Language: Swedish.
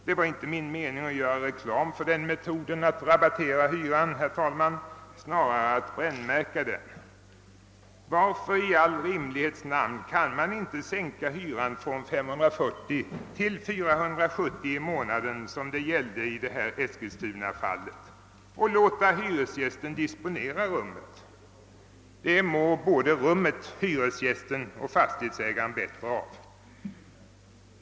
Det var inte min mening att göra reklam för denna metod att rabattera hyran, herr talman, utan snarare att brännmärka den. Varför i all rimlighets namn kan man inte sänka hyran från 540 till 470 kronor i månaden — det var dessa belopp det gällde i eskilstunafallet — och låta hyresgästen disponera rummet? Det mår både rummet, hyresgästen och fastighetsägaren bättre av.